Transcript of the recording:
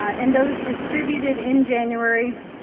ah and those distributed in january